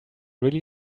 really